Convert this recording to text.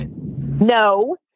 No